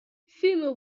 female